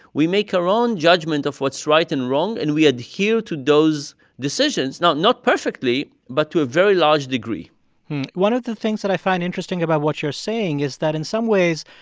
we make our own judgment of what's right and wrong. and we adhere to those decisions not not perfectly but to a very large degree one of the things that i find interesting about what you're saying is that in some ways,